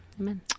amen